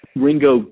Ringo